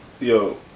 Yo